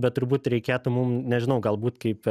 bet turbūt reikėtų mum nežinau galbūt kaip